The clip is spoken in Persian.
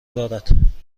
دارد